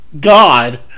God